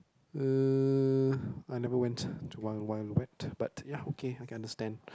uh I never went to Wild-Wild-Wet but ya okay I can understand